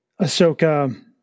Ahsoka